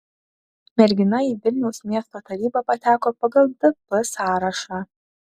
mergina į vilniaus miesto tarybą pateko pagal dp sąrašą